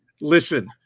Listen